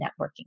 networking